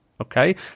Okay